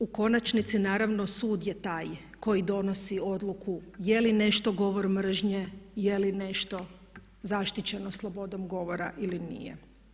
U konačnici naravno sud je taj koji donosi odluku je li nešto govor mržnje, je li nešto zaštićenom slobodom govora ili nije.